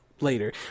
later